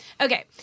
Okay